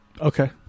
Okay